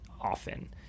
often